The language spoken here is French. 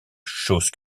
chose